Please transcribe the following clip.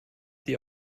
sie